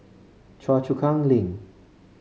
Choa Chu Kang Link